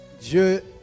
Dieu